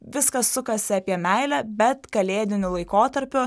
viskas sukasi apie meilę bet kalėdiniu laikotarpiu